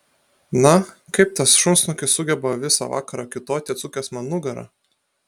na kaip tas šunsnukis sugeba visą vakarą kiūtoti atsukęs man nugarą